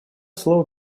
слово